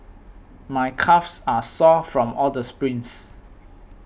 my calves are sore from all the sprints